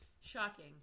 Shocking